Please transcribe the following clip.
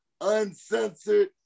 Uncensored